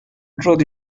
truth